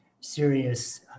serious